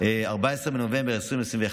14 בנובמבר 2021,